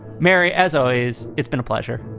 mary as always, it's been a pleasure